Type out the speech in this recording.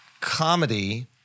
comedy